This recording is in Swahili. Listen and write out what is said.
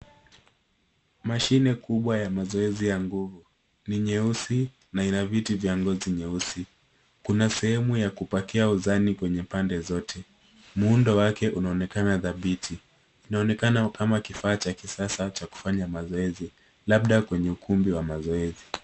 Mashine kubwa ya mazoezi ya nguvu. Ni nyeusi na ina viti vya ngozi nyeusi. Kuna sehemu ya kupakia uzani kwenye pande zote. Muundo wake unaonekana dhabiti. Inaonekana kama kifaa cha kisasa cha kufanya mazoezi, labda kwenye ukumbi wa mazoezi.